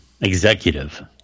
executive